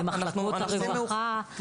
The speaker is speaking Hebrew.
למחלקות הרווחה,